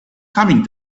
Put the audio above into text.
coming